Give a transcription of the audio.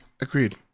Agreed